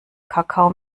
kakao